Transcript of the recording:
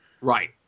right